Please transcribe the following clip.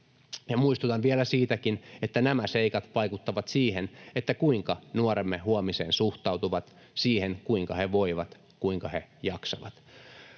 muistutan vielä siitäkin, että nämä seikat vaikuttavat siihen, kuinka nuoremme huomiseen suhtautuvat, siihen, kuinka he voivat, kuinka he jaksavat.